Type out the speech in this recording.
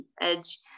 edge